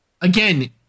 again